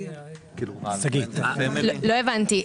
לא הבנתי,